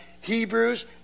Hebrews